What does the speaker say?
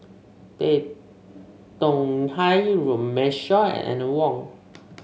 Tan Tong Hye Runme Shaw and Wong